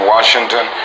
Washington